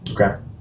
Okay